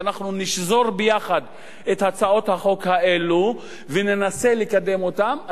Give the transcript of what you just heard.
שאנחנו נשזור יחד את הצעות החוק האלה וננסה לקדם אותן,